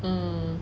um